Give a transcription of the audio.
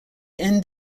end